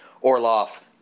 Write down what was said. Orloff